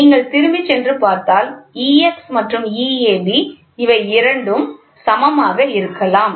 நீங்கள் திரும்பிச் சென்று பார்த்தால் EX மற்றும் Eab இவை இரண்டு சமமாக இருக்கலாம்